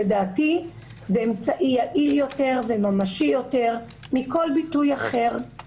לדעתי זה אמצעי יעיל יותר וממשי יותר מכל ביטוי אחר.